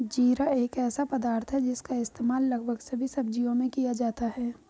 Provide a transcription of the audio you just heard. जीरा एक ऐसा पदार्थ है जिसका इस्तेमाल लगभग सभी सब्जियों में किया जाता है